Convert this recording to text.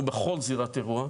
בכל זירת אירוע,